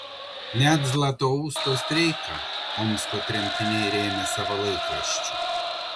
net zlatousto streiką omsko tremtiniai rėmė savo laikraščiu